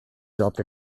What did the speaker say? dropped